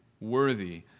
worthy